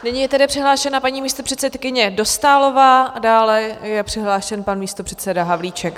Nyní je tedy přihlášena paní místopředsedkyně Dostálová a dále je přihlášen pan místopředseda Havlíček.